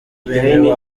bene